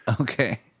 Okay